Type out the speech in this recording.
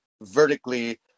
vertically